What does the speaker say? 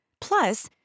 Plus